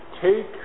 Take